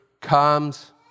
comes